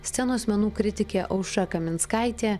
scenos menų kritikė aušra kaminskaitė